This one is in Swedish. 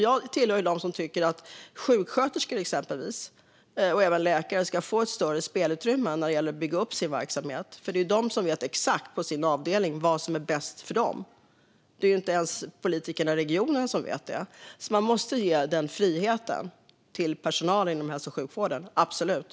Jag tillhör dem som tycker att exempelvis sjuksköterskor och även läkare ska få större spelrum när det gäller att bygga upp verksamheten. De är ju de som vet exakt vad som är bäst för dem, på deras avdelning. Inte ens politikerna i regionen vet det. Man måste absolut ge personalen inom hälso och sjukvården den friheten.